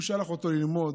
הוא שלח אותו ללמוד,